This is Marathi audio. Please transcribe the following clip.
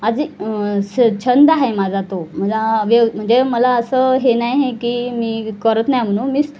माझी स छंद आहे माझा तो मला व्यव म्हणजे मला असं हे नाही हे की मी करत नाही म्हणू मीच